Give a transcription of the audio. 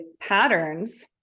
patterns